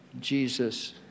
Jesus